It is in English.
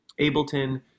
Ableton